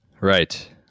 Right